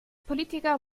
politiker